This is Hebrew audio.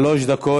שלוש דקות.